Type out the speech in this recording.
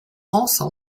also